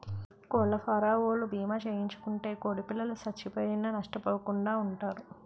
కోళ్లఫారవోలు భీమా చేయించుకుంటే కోడిపిల్లలు సచ్చిపోయినా నష్టపోకుండా వుంటారు